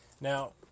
Now